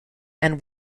and